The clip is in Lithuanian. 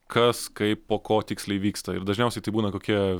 kas kaip po ko tiksliai vyksta ir dažniausiai tai būna kokie